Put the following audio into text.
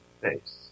Thanks